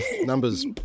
numbers